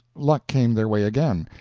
luck came their way again.